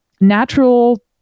natural